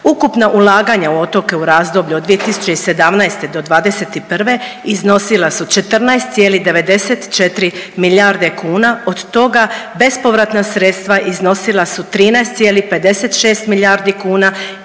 Ukupna ulaganja u otoke u razdoblju od 2017. do 2021. iznosila su 14,94 milijarde kuna od toga bespovratna sredstva iznosila su 13,56 milijardi kuna